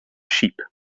sheep